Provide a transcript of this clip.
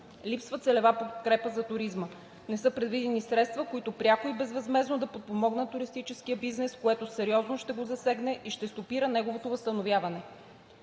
липсва целева подкрепа за туризма, не са предвидени средства, които пряко и безвъзмездно да подпомогнат туристическия бизнес, което сериозно ще го засегне и ще стопира неговото възстановяване.